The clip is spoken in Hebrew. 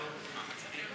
נתקבל.